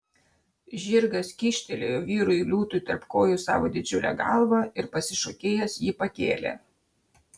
žirgas kyštelėjo vyrui liūtui tarp kojų savo didžiulę galvą ir pasišokėjęs jį pakėlė